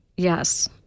Yes